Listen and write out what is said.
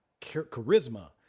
charisma